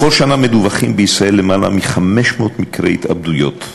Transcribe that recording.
בכל שנה מדווחים בישראל למעלה מ-500 מקרי התאבדויות,